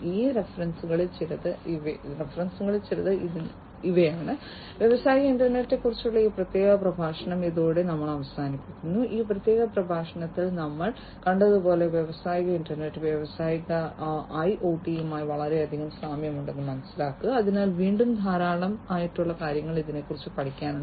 ഈ റഫറൻസുകളിൽ ചിലത് ഇവയാണ് വ്യാവസായിക ഇന്റർനെറ്റിനെക്കുറിച്ചുള്ള ഈ പ്രത്യേക പ്രഭാഷണം ഇതോടെ ഞങ്ങൾ അവസാനിപ്പിക്കുന്നു ഈ പ്രത്യേക പ്രഭാഷണത്തിൽ നമ്മൾ കണ്ടതുപോലെ വ്യാവസായിക ഇന്റർനെറ്റിന് വ്യാവസായിക ഐഒടിയുമായി വളരെയധികം സാമ്യമുണ്ട് അതിൽ വീണ്ടും ധാരാളം ഉണ്ട്